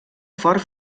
fort